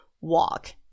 walk